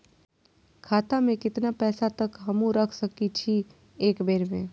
खाता में केतना पैसा तक हमू रख सकी छी एक बेर में?